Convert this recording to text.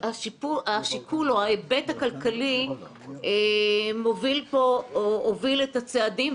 היא שהשיקול או ההיבט הכלכלי מוביל פה או הוביל את הצעדים,